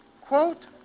quote